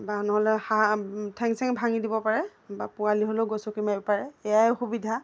বা নহ'লে হাঁহ ঠেং ছেং ভাঙি দিব পাৰে বা পোৱালি হ'লেও গছকি মাৰিব পাৰে এয়াই অসুবিধা